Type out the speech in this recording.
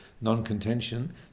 non-contention